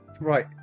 right